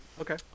Okay